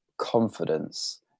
confidence